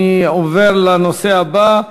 אני עובר לנושא הבא: